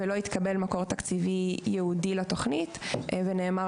ולא התקבל מקור תקציבי ייעודי לתוכנית ונאמר